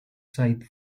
side